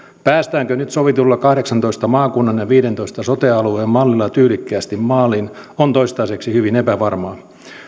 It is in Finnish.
päästäänkö nyt sovitulla kahdeksantoista maakunnan ja viiteentoista sote alueen mallilla tyylikkäästi maaliin se on toistaiseksi hyvin epävarmaa